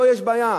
לו יש בעיה.